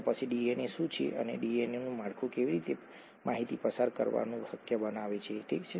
તો પછી ડીએનએ શું છે અને ડીએનએનું માળખું કેવી રીતે માહિતી પસાર કરવાનું શક્ય બનાવે છે ઠીક છે